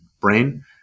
brain